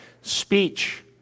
speech